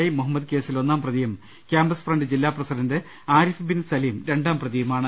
I Muhammad കേസിൽ ഒന്നാംപ്രതിയും campus front ജില്ലാപ്രസിഡന്റ് ആരിഫ് ബിൻ സലീം രണ്ടാംപ്രതിയുമാണ്